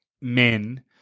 men